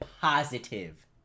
positive